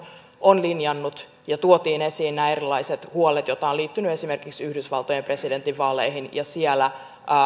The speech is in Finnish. on linjannut ja tuotiin esiin nämä erilaiset huolet joita on liittynyt esimerkiksi yhdysvaltojen presidentinvaaleihin ja siellä